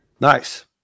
nice